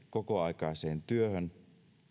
kokoaikaiseen työhön